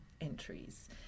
entries